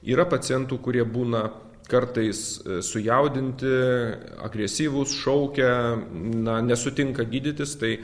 yra pacientų kurie būna kartais sujaudinti agresyvūs šaukia na nesutinka gydytis tai